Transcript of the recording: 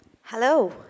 Hello